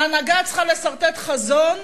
ההנהגה צריכה לסרטט חזון.